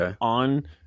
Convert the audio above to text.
on